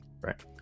right